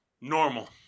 Normal